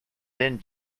thin